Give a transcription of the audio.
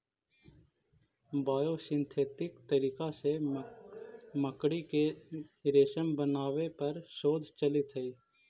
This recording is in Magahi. बायोसिंथेटिक तरीका से मकड़ी के रेशम बनावे पर शोध चलित हई